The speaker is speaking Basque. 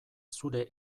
zure